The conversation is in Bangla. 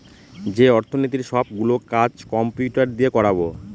যে অর্থনীতির সব গুলো কাজ কম্পিউটার দিয়ে করাবো